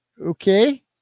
Okay